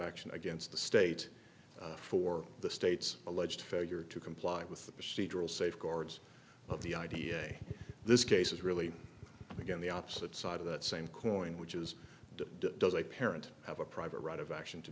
action against the state for the state's alleged failure to comply with the procedural safeguards of the idea a this case is really again the opposite side of that same coin which is does a parent have a private right of action to